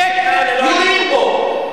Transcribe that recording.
בבילעין, אם הוא מפגין בלי נשק, יורים בו.